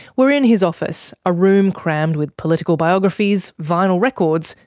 we're in his office, a room crammed with political biographies, vinyl records,